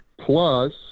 Plus